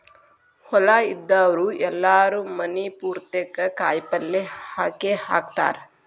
ಹೊಲಾ ಇದ್ದಾವ್ರು ಎಲ್ಲಾರೂ ಮನಿ ಪುರ್ತೇಕ ಕಾಯಪಲ್ಯ ಹಾಕೇಹಾಕತಾರ